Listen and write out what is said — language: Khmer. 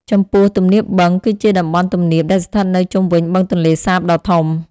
ចំពោះ ទំនាបបឹង គឺជាតំបន់ទំនាបដែលស្ថិតនៅជុំវិញបឹងទន្លេសាបដ៏ធំ។